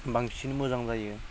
बांसिन मोजां जायो